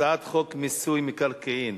הצעת חוק מיסוי מקרקעין